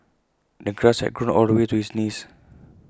the grass had grown all the way to his knees